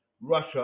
Russia